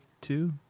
two